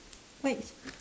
white